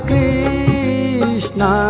Krishna